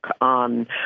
on